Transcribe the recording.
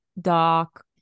dock